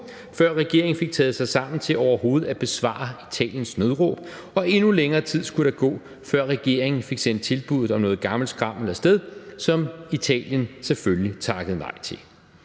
før regeringen fik taget sig sammen til overhovedet at besvare Italiens nødråb, og endnu længere tid skulle der gå, før regeringen fik sendt tilbuddet om noget gammelt skrammel af sted, som Italien selvfølgelig takkede nej til.